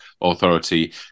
Authority